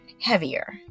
heavier